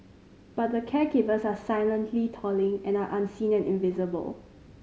but the caregivers are silently toiling and are unseen and invisible